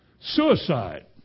Suicide